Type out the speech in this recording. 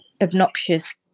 obnoxious